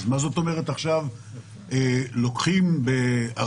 אז מה זאת אומרת עכשיו לוקחים בערכים,